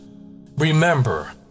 Remember